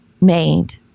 made